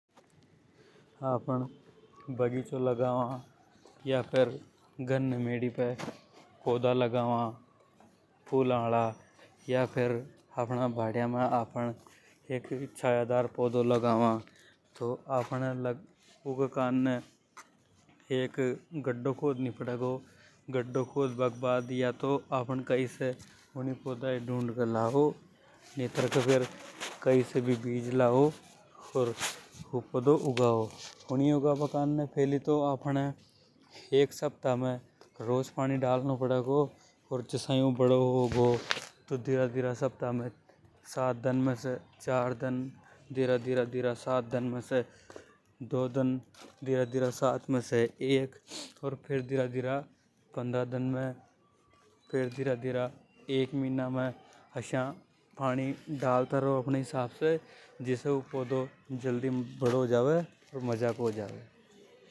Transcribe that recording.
आफ़न बगीचों लगावा या फेर गन्ने मेडी पे पौधा लगा वा फूला हाला। या फेर अपना बाडिया में आफ़न एक छाया दार पौधों लगा वा। तो ऊके करने एक गद्दो खोद नि पड़ेगो । गड्ढों खोद बा के बाद कई कई से यूनिये पौधा ये ढूंढ के लाओ। फैली तो आफ़न एक सप्ताह में रोज पानी डालना पड़े गौ। ओर जसा ही ऊ बड़ों हो गो तो धीरा धीरा सप्ताह के सात दन में से चार डन। धीरा-धीरा सात दन में से दो दन। एक मीना में आसा फनी डालता रो अपहाना हिसाब से। जिसे ऊ पौधों जल्दी बड़ों हो जावे।